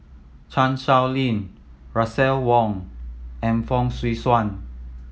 Chan Sow Lin Russel Wong and Fong Swee Suan